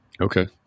Okay